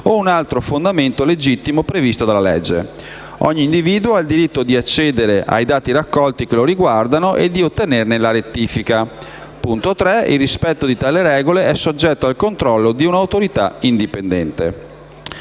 a un altro fondamento legittimo previsto dalla legge. Ogni individuo ha il diritto di accedere ai dati raccolti che lo riguardano e di ottenerne la rettifica. Il rispetto di tali regole è soggetto al controllo di un'autorità indipendente».